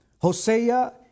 Hosea